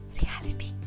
reality